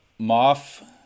moff